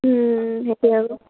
সেইটোৱে আৰু